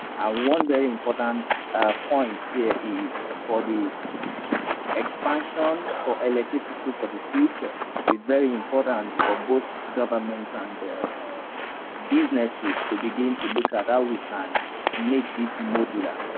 one very important point is for the expansion for electricity for the future is very important for both government and businesses to begin to look at how we can make this modular.